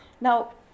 Now